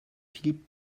philippe